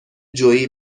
جویی